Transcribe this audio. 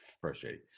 frustrating